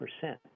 percent